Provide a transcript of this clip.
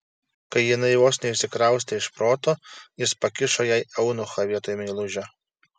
kai jinai vos neišsikraustė iš proto jis pakišo jai eunuchą vietoj meilužio